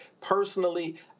Personally